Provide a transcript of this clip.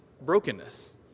brokenness